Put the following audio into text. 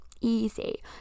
easy